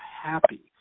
happy